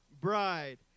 bride